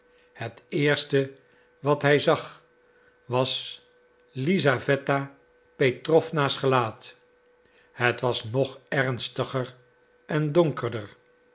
het eerste wat hij zag was lisaweta petrowna's gelaat het was nog ernstiger en donkerder